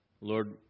Lord